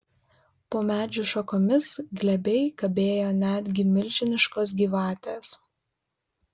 po medžių šakomis glebiai kabėjo netgi milžiniškos gyvatės